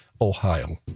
Ohio